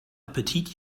appetit